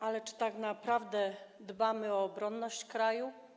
Ale czy tak naprawdę dbamy o obronność kraju?